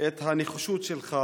את הנחישות שלך.